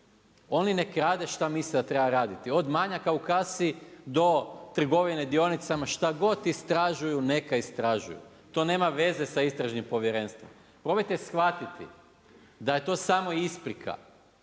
Oni neka rade šta misle da treba raditi, od manjak u kasi do trgovine dionicama, šta god istražuju, neka istražuju. To nema veze sa istražnim povjerenstvom. Probajte shvatiti da je to samo isprika,